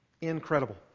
Incredible